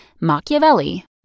Machiavelli